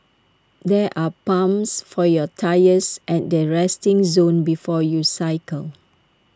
there are pumps for your tyres at the resting zone before you cycle